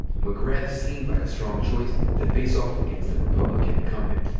mcgrath seemed like a strong choice to face off against the republican incumbent.